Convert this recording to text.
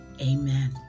Amen